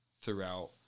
throughout